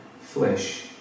flesh